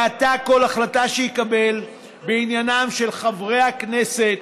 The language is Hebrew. מעתה כל החלטה שיקבל בעניינם של חברי הכנסת